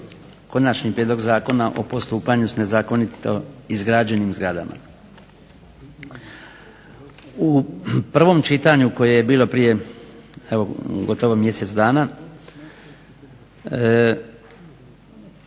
Konačni prijedlog Zakona o postupanju sa nezakonito izgrađenim zgradama. U prvom čitanju koje je bilo gotovo prije mjesec dana,